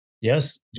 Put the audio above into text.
Yes